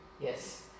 Yes